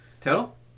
total